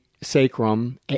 sacrum